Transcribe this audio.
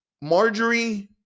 Marjorie